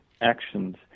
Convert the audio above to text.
actions